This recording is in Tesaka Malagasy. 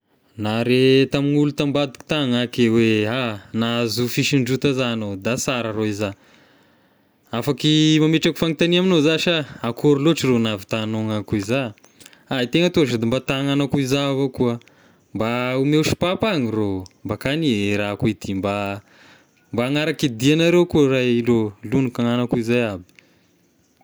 Nahare tamy olo tambadika tagny ahy ke hoe: ah! Nahazo fisondrota za agnao, da sara rô iza, afaky mametraky fagnotania amignao za sha, akôry loatra rô nahavitagnao gn'akoa iza, ay? Tegna atoy sody mba ta hagnano akoa izahavo akoa, mba omeo sopapa any rô, mba ka ny eh, raha koa ity mba mba hanaraky diagnareo koa ray e lô, logniko agnanako zay aby.